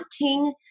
wanting